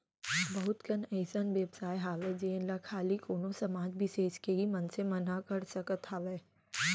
बहुत कन अइसन बेवसाय हावय जेन ला खाली कोनो समाज बिसेस के ही मनसे मन ह कर सकत हावय